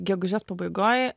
gegužės pabaigoj